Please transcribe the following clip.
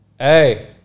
Hey